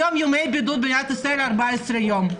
היום ימי הבידוד במדינת ישראל הם 14 יום.